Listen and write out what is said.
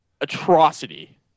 atrocity